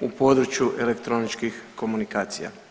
u području elektroničkih komunikacija.